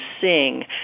sing